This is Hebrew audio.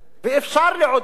ואפשר לעודד.